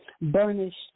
burnished